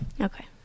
Okay